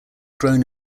grown